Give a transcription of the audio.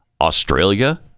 Australia